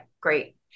Great